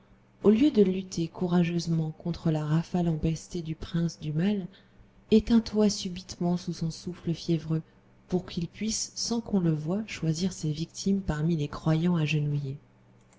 au lieu de lutter courageusement contre la rafale empestée du prince du mal éteins toi subitement sous son souffle fiévreux pour qu'il puisse sans qu'on le voie choisir ses victimes parmi les croyants agenouillés